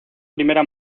primera